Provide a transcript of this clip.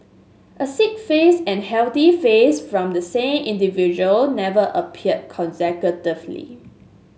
a sick face and healthy face from the same individual never appeared consecutively